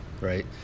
right